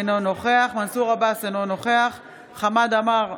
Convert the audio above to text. אינו נוכח מנסור עבאס, אינו נוכח חמד עמאר,